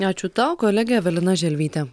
ačiū tau kolegė evelina želvytė